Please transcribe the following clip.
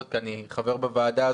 כי אני חבר בוועדה,